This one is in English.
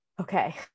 Okay